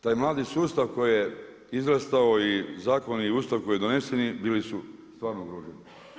Taj mladi sustav koji je izrastao i zakoni i Ustav koji su doneseni bili su stvarno ugroženi.